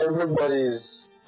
everybody's